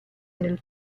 nel